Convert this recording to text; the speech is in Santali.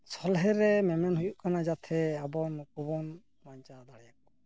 ᱥᱚᱞᱦᱮ ᱨᱮ ᱢᱮᱢᱮᱱ ᱦᱩᱭᱩᱜ ᱠᱟᱱᱟ ᱡᱟᱛᱮ ᱟᱵᱚ ᱱᱩᱠᱩ ᱵᱚᱱ ᱵᱟᱧᱪᱟᱣ ᱫᱟᱲᱮᱭᱟᱠᱚᱣᱟ